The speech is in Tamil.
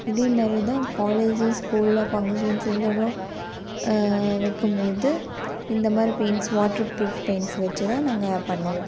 இதேமாரியே தான் காலேஜு ஸ்கூலில் ஃபங்க்ஷன்ஸ் வைக்கபோது இந்த மாதிரி பெயிண்ட்ஸ் வாட்ரு ப்ரூஃப் பெயிண்ட்ஸ் வெச்சு தான் நாங்கள் பண்ணுவோம்